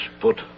put